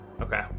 Okay